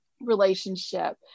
relationship